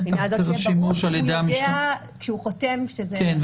מבחינה זו שיהיה ברור שהוא יודע כשהוא חותם --- כן,